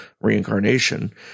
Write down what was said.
reincarnation